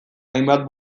hainbat